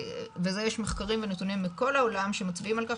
וזה יש נתונים ומחקרים בכל העולם שמצביעים על כך